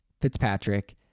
Fitzpatrick